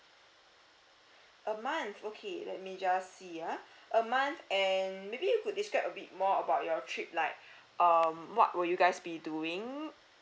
a month okay let me just see ah month and maybe you could describe a bit more about your trip like um what will you guys be doing